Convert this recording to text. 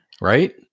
right